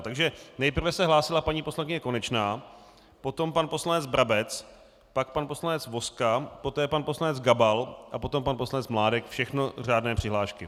Takže nejprve se hlásila paní poslankyně Konečná, potom pan poslanec Brabec, pak pan poslanec Vozka, poté pan poslanec Gabal a potom pan poslanec Mládek, všechno řádné přihlášky.